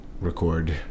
record